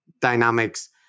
dynamics